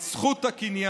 את זכות הקניין,